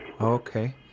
Okay